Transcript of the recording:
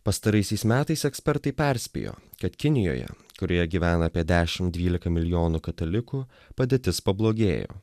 pastaraisiais metais ekspertai perspėjo kad kinijoje kurioje gyvena apie dešimt dvylika milijonų katalikų padėtis pablogėjo